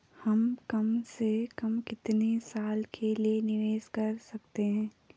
हम कम से कम कितने साल के लिए निवेश कर सकते हैं?